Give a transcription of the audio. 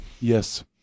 Yes